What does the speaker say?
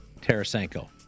Tarasenko